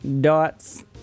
Dots